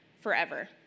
forever